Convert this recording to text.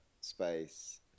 space